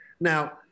Now